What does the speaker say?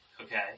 okay